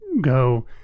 go